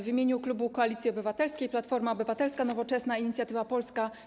W imieniu klubu Koalicja Obywatelska - Platforma Obywatelska, Nowoczesna, Inicjatywa Polska,